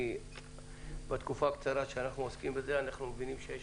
כי בתקופה הקצרה שאנחנו עוסקים בזה אנחנו מבינים שיש